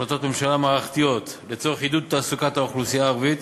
החלטות ממשלה מערכתיות לצורך עידוד תעסוקת האוכלוסייה הערבית